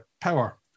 power